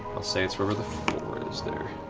we'll say it's wherever the four is there.